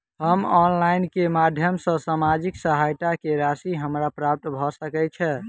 हम ऑनलाइन केँ माध्यम सँ सामाजिक सहायता केँ राशि हमरा प्राप्त भऽ सकै छै?